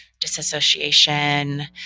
disassociation